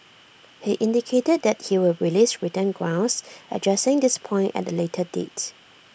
he indicated that he would release written grounds addressing this point at A later date